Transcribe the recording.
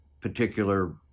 particular